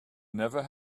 never